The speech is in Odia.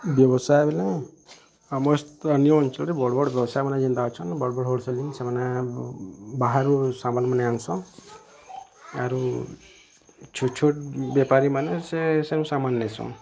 ବ୍ୟବସାୟ ବୋଲେ ଆମ ସ୍ଥାନୀୟ ଅଞ୍ଚଳରେ ବଡ଼ ବଡ଼ ବ୍ୟବସାୟ ଯେନ୍ତା ଅଛନ୍ ବଡ଼ ବଡ଼ ହୋଲ୍ସେଲିଙ୍ଗ୍ ସେମାନେ ବାହାରୁ ସାମାନ ମାନେ ଆନସାନ୍ ଆରୁ ଛୋଟ ଛୋଟ ବେପାରୀ ମାନେ ସେ ସେନୁ ସାମାନ ନେଇସନ୍